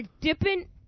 dipping